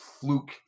fluke